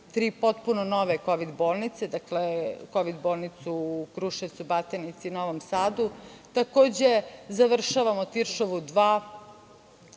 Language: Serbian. tri potpuno nove kovid bolnice. Dakle, kovid bolnicu u Kruševcu, Batajnicu i Novom Sadu, takođe završavamo Tiršovu 2,